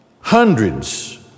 hundreds